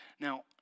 Now